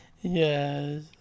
Yes